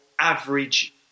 average